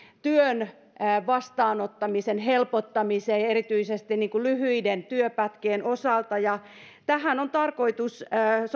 työn vastaanottamisen helpottamiseen erityisesti lyhyiden työpätkien osalta ja tähän on tarkoitus